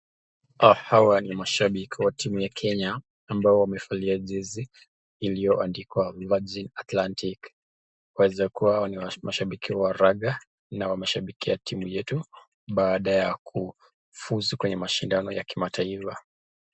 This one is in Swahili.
Hawa ni mashabiki wa timu ya Kenya ambao wamevalia jezi iliyoandikwa Virgin Atlantic . Yawezekana kuwa hawa ni mashabiki wa raga na wameshabikia timu yetu baada ya kufuzu kwenye mashindano ya kimataifa.